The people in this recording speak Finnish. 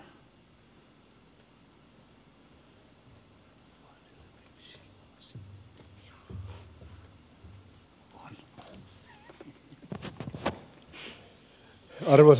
arvoisa puhemies